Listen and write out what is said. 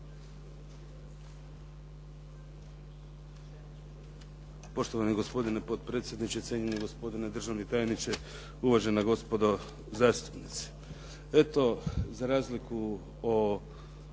Poštovani gospodine potpredsjedniče, cijenjeni gospodine državni tajniče, uvažena gospodo zastupnici. Eto, za razliku od